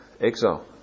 Exile